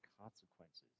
consequences